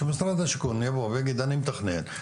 שמשרד השיכון יבוא ויגיד אני מתכנן,